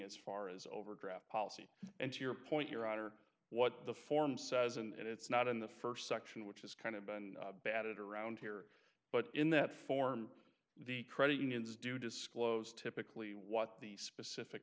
as far as overdraft policy and to your point your honor what the form says and it's not in the first section which is kind of been batted around here but in that form the credit unions do disclose typically what the specific